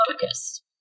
focused